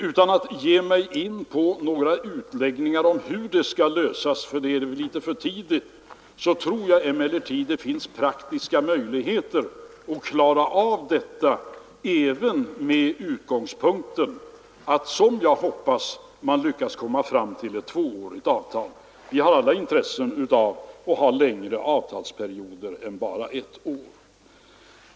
Utan att ge mig in på några utläggningar om hur frågan skall lösas, för det är väl litet för tidigt, så tror jag att det finns praktiska möjligheter att klara ut detta även med utgångspunkten att man önskar komma fram till ett tvåårigt avtal. Vi har alla intresse av längre avtalsperioder än bara ett år.